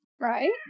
Right